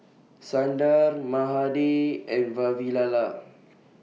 Sundar Mahade and Vavilala